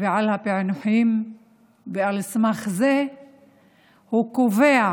ועל הפענוחים ועל סמך זה הוא קובע